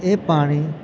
એ પાણી